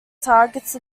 targets